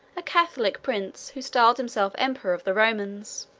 a catholic prince, who styled himself emperor of the romans.